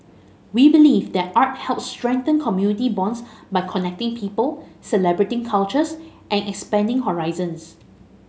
we believe that art helps strengthen community bonds by connecting people celebrating cultures and expanding horizons